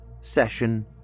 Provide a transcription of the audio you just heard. session